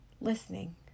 listening